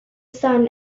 sun